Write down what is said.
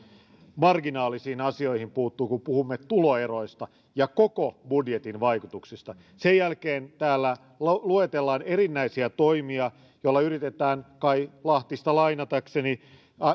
marginaalisiin asioihin kun puhumme tuloeroista ja koko budjetin vaikutuksista sen jälkeen täällä luetellaan erinäisiä toimia joilla yritetään kai lahtista lainatakseni